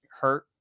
hurt